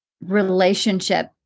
relationship